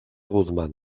guzmán